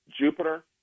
Jupiter